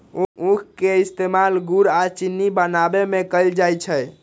उख के इस्तेमाल गुड़ आ चिन्नी बनावे में कएल जाई छई